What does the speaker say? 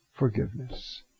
forgiveness